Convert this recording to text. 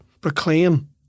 proclaim